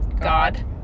God